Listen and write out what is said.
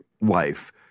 life